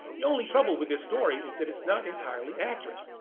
the only trouble with this story is that it's not entirely accurate.